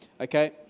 Okay